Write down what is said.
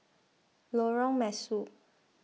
Lorong Mesu